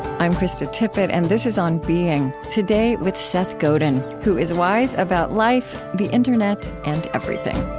i'm krista tippett and this is on being. today with seth godin, who is wise about life, the internet, and everything